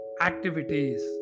activities